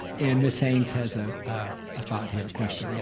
and miss haynes has a thought here, question, yeah